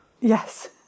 yes